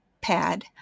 pad